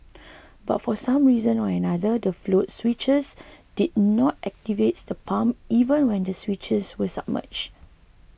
but for some reason or another the float switches did not activate the pumps even when the switches were submerged